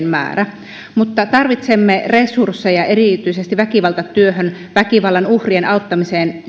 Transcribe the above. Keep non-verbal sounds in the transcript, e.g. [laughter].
[unintelligible] määrä mutta tarvitsemme resursseja erityisesti väkivaltatyöhön väkivallan uhrien auttamiseen